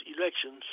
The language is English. elections